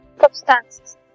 substances